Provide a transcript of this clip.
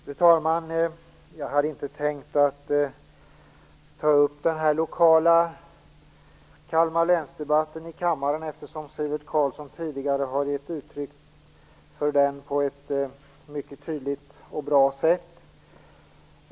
Fru talman! Jag hade inte tänkt ta upp den lokala debatten om Kalmar län i kammaren, eftersom Sivert Carlsson tidigare har redogjort för den på ett mycket tydligt och bra sätt.